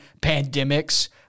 pandemics